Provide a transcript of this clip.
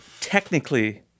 technically